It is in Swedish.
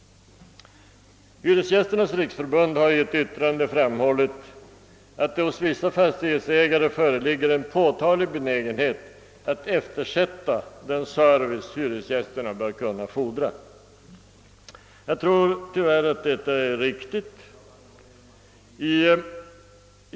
Hyresgästernas riksförbund har i ett yttrande framhållit, att det hos vissa fastighetsägare föreligger en påtaglig benägenhet att eftersätta den service hyresgästerna bör kunna fordra. Jag tror att detta tyvärr är sant.